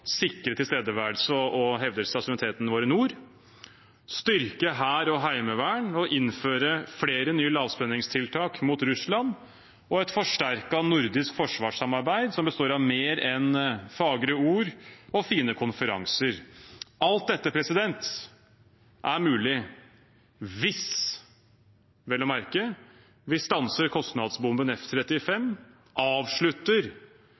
sikre tilstedeværelse og hevdelse av suvereniteten vår i nord styrke hær og heimevern innføre flere nye lavspenningstiltak mot Russland ha et forsterket nordisk forsvarssamarbeid som består av mer enn fagre ord og fine konferanser Alt dette er mulig hvis, vel å merke, vi stanser